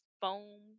foam